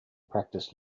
practiced